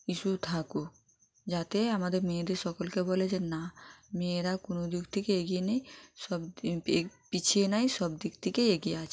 কিছু থাকুক যাতে আমাদের মেয়েদের সকলকে বলে যে না মেয়েরা কোনো দিক থেকে এগিয়ে নেই সব দি পিছিয়ে নেই সব দিক থেকেই এগিয়ে আছে